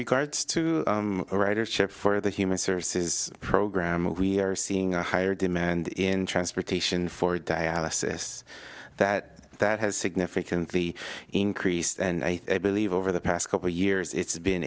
regards to the writer chip for the human services program we are seeing a higher demand in transportation for dialysis that that has significantly increased and i believe over the past couple of years it's been